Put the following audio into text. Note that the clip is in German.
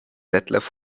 detlef